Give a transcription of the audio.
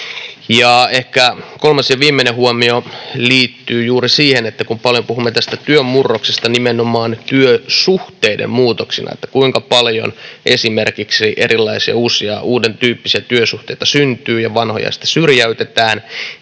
Ehkä kolmas ja viimeinen huomio liittyy juuri siihen, että kun paljon puhumme tästä työn murroksesta nimenomaan työsuhteiden muutoksina, että kuinka paljon esimerkiksi erilaisia uusia ja uudentyyppisiä työsuhteita syntyy ja vanhoja sitten syrjäytetään,